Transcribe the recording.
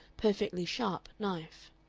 perfectly sharp knife.